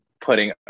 putting